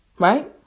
Right